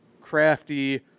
crafty